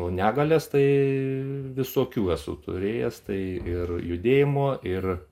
o negalias tai visokių esu turėjęs tai ir judėjimo ir